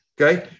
okay